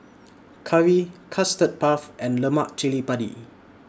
Curry Custard Puff and Lemak Chili Padi